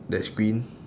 there's green